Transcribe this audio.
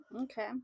Okay